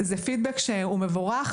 זה פידבק שהוא מבורך,